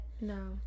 no